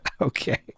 Okay